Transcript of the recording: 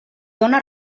dóna